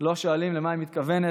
לא שואלים למה היא מתכוונת,